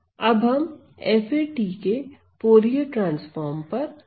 अब हम fa के फूरिये ट्रांसफार्म पर विचार करते हैं